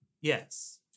Yes